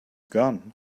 gun